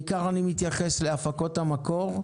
אני מתייחס בעיקר להפקות המקור,